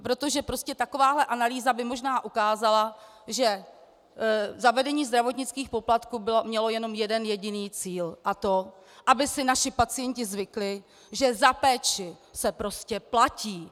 Protože prostě takováhle analýza by možná ukázala, že zavedení zdravotnických poplatků mělo jenom jeden jediný cíl, a to aby si naši pacienti zvykli, že za péči se prostě platí!